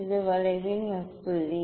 இது வளைவின் புள்ளி